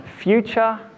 future